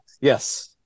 Yes